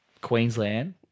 Queensland